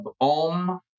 om